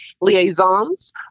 liaisons